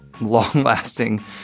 long-lasting